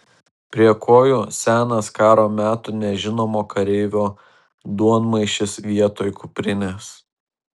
prie kojų senas karo metų nežinomo kareivio duonmaišis vietoj kuprinės